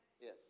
Yes